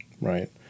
Right